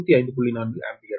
4 ampere